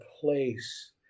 place